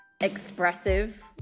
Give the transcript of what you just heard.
expressive